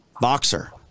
boxer